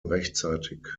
rechtzeitig